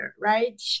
right